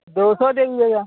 دو سو دیں گے یا